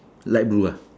light blue ah